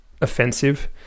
offensive